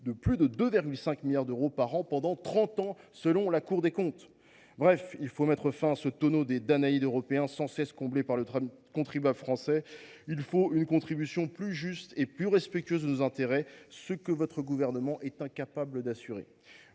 de plus de 2,5 milliards d’euros par an pendant trente ans, selon la Cour des comptes. Bref, il faut mettre fin à ce tonneau des Danaïdes européen sans cesse comblé par le contribuable français. Il faut une contribution plus juste et plus respectueuse de nos intérêts, ce que votre gouvernement, madame la